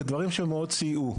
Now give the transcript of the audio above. ודברים שמאוד סייעו.